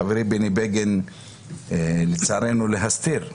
חברי בני בגין, לצערנו, להסתיר ולהעלים.